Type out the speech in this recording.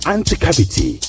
Anti-cavity